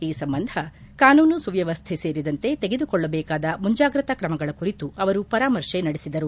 ಈ ಸಂಬಂಧ ಕಾನೂನು ಸುವ್ಯವಸ್ಥೆ ಸೇರಿದಂತೆ ತೆಗೆದುಕೊಳ್ಳಬೇಕಾದ ಮುಂಜಾಗ್ರತಾ ಕ್ರಮಗಳ ಕುರಿತು ಅವರು ಪರಾಮರ್ಶೆ ನಡೆಸಿದರು